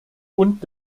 und